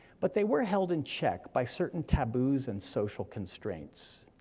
but they were held in check by certain taboos and social constraints.